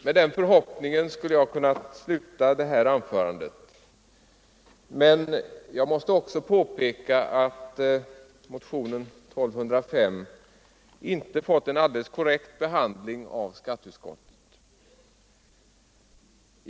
Med den förhoppningen skulle jag ha kunnat sluta mitt anförande, men jag måste också påpeka att motionen 1205 inte fått en alldeles korrekt behandling av skatteutskottet.